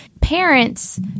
parents